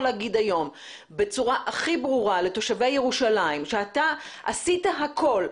לומר היום בצורה הכי ברורה לתושבי ירושלים שאתה עשית הכול,